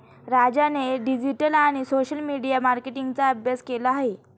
राजाने डिजिटल आणि social media मार्केटिंगचा अभ्यास केला आहे